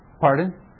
Pardon